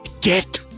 get